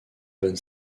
bonne